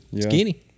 Skinny